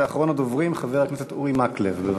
אחרון הדוברים, חבר הכנסת אורי מקלב, בבקשה.